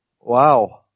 Wow